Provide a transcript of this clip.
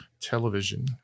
television